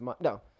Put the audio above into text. no